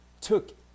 took